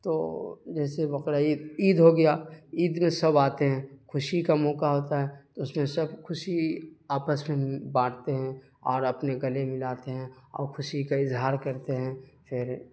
تو جیسے بقرعید عید ہو گیا عید میں سب آتے ہیں خوشی کا موقع ہوتا ہے تو اس میں سب خوشی آپس میں بانٹتے ہیں اور اپنے گلے ملاتے ہیں اور خوشی کا اظہار کرتے ہیں پھر